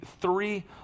three